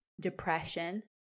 depression